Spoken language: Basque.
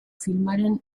filmaren